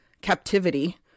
captivity